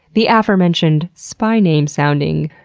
the aforementioned spy-name sounding